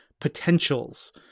potentials